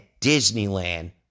Disneyland